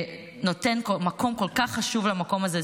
נותן מקום כל כך חשוב למקום הזה.